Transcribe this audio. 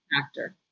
factor